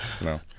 no